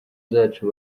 zacu